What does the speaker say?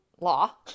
law